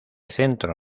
centro